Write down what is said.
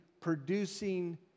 producing